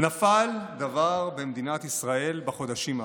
נפל דבר במדינת ישראל בחודשים האחרונים,